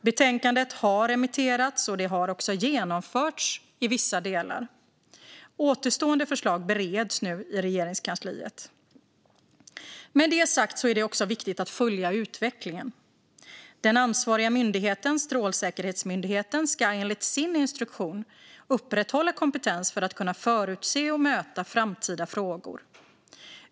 Betänkandet har remitterats och genomförts i vissa delar. Återstående förslag bereds nu i Regeringskansliet. Med det sagt är det också viktigt att följa utvecklingen. Den ansvariga myndigheten, Strålsäkerhetsmyndigheten, ska enligt sin instruktion upprätthålla kompetens för att kunna förutse och möta framtida frågor.